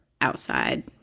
outside